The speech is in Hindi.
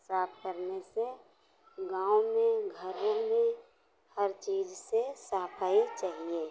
साफ करने से गाँव में घरों में हर चीज से सफाई चहिए